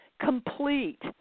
complete